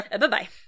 Bye-bye